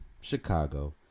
Chicago